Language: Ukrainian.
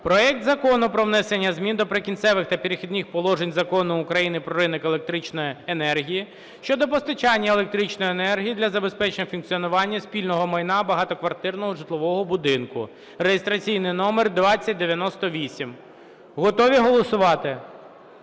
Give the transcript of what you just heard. проект Закону про внесення змін до Прикінцевих та перехідних положень Закону України "Про ринок електричної енергії" щодо постачання електричної енергії для забезпечення функціонування спільного майна багатоквартирного житлового будинку (реєстраційний номер 2098). Готові голосувати?